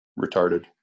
retarded